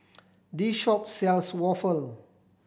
this shop sells waffle